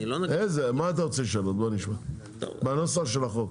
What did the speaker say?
איזה מה אתה רוצה לשנות בוא נשמע בנוסח של החוק?